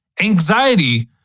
anxiety